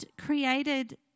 created